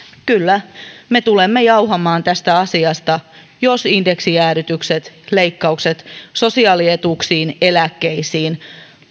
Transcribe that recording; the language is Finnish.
kyllä me tulemme jauhamaan tästä asiasta jos indeksijäädytykset leikkaukset sosiaalietuuksiin eläkkeisiin